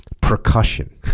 percussion